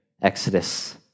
exodus